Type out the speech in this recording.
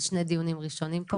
ואלה שני דיונים ראשונים פה